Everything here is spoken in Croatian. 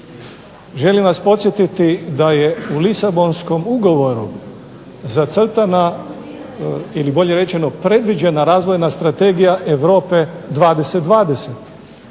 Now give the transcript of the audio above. Želim vas podsjetiti da je u Lisabonskom ugovoru zacrtana ili bolje rečeno predviđena razvojna strategija Europe 20/20.